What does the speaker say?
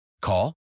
Call